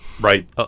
Right